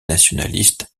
nationalistes